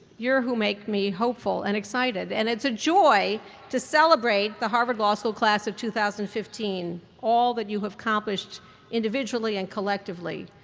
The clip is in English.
you're who make me hopeful and excited, and it's a joy to celebrate the harvard law school class of two thousand and fifteen, all that you've accomplished individually and collectively.